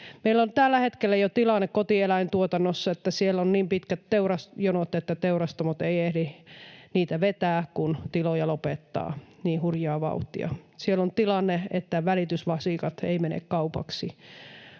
Meillä on tällä hetkellä jo tilanne kotieläintuotannossa, että siellä on niin pitkät teurasjonot, että teurastamot eivät ehdi niitä vetää, kun tiloja lopettaa niin hurjaa vauhtia. Siellä on tilanne, että välitysvasikat eivät mene kaupaksi,